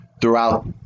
throughout